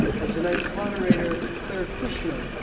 and tonight's moderator, claire cushman,